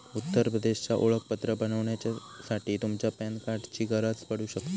उत्तर प्रदेशचा ओळखपत्र बनवच्यासाठी तुमच्या पॅन कार्डाची गरज पडू शकता